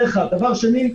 דבר שני,